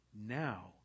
Now